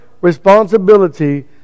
responsibility